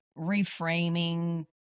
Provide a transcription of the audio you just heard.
reframing